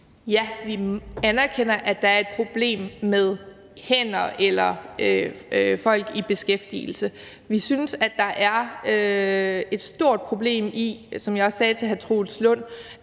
Vi anerkender, at der er et problem med hænder eller folk i beskæftigelse. Vi synes, at der er et stort problem i, som jeg også sagde til hr. Troels Lund